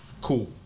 Cool